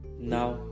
Now